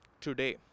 today